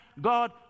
God